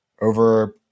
over